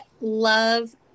love